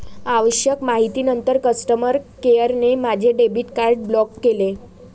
आवश्यक माहितीनंतर कस्टमर केअरने माझे डेबिट कार्ड ब्लॉक केले